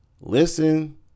Listen